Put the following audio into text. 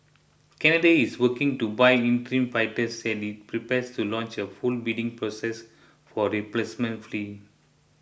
Canada is working to buy interim fighters as it prepares to launch a full bidding process for replacement fleet